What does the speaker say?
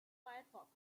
firefox